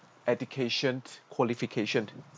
education's qualification